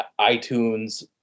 iTunes